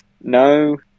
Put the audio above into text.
No